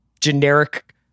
generic